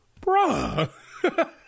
Bruh